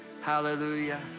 hallelujah